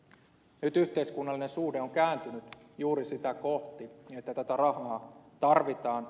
nyt yhteiskunnallinen suhde on kääntynyt juuri sitä kohti että tätä rahaa tarvitaan